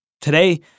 Today